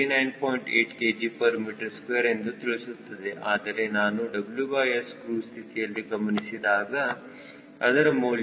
8 kgm2 ಎಂದು ತಿಳಿಸುತ್ತದೆ ಆದರೆ ನಾನು WS ಕ್ರೂಜ್ ಸ್ಥಿತಿಯಲ್ಲಿ ಗಮನಿಸಿದಾಗ ಅದರ ಮೌಲ್ಯವು 97